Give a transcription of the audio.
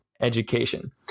education